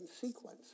sequence